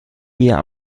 eher